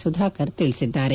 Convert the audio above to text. ಸುಧಾಕರ್ ತಿಳಿಸಿದ್ದಾರೆ